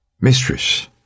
mistress